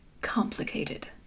complicated